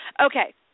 Okay